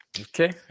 Okay